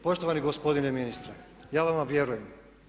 Poštovani gospodine ministre, ja vama vjerujem.